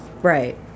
Right